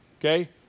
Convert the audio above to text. okay